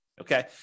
okay